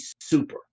super